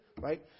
right